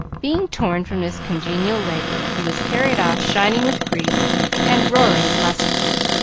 being torn from this congenial labor, he was carried off shining with grease and roaring lustily.